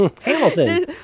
Hamilton